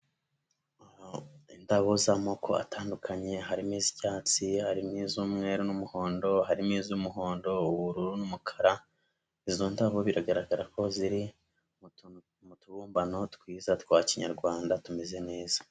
Indabo z'amoko atandukanye harimo iz'icyatsi harimo iz'umweru n'umuhondo harimo iz'umuhondo ubururu n'umukara, izo ndabo biragaragara ko ziri mu tuntu mu tubumbano twiza twa Kinyarwanda tumeze neza.